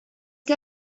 que